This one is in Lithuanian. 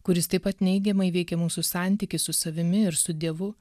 kuris taip pat neigiamai veikia mūsų santykį su savimi ir su dievu